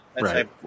Right